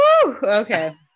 Okay